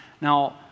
Now